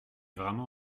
vraiment